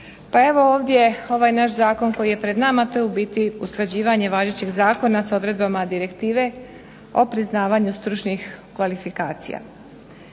Pa evo ovdje ovaj naš zakon koji je pred nama to je u biti usklađivanje važećeg zakona s odredbama Direktive o priznavanju stručnih kvalifikacija.